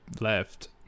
left